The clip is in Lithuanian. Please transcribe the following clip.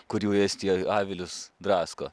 kur jau estijoj avilius drasko